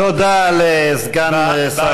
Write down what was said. תודה לסגן שר הפנים.